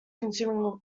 consuming